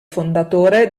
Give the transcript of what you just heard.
fondatore